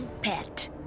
pet